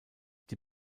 die